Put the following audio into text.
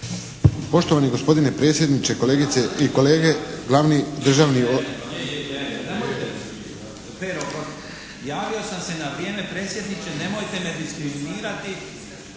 Poštovani gospodine predsjedniče, kolegice i kolege, glavni državni …